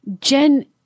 Jen